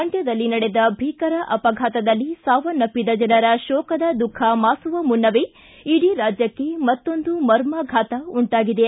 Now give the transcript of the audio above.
ಮಂಡ್ಕದಲ್ಲಿ ನಡೆದ ಭೀಕರ ಅಪಘಾತದಲ್ಲಿ ಸಾವನ್ನಪ್ಪಿನ ಜನರ ಶೋಕದ ದುಃಖ ಮಾಸುವ ಮುನ್ನವೇ ಇಡೀ ರಾಜ್ಯಕ್ಷೆ ಮತ್ತೊಂದು ಮರ್ಮಾಘಾತ ಉಂಟಾಗಿದೆ